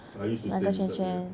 I used to stay beside there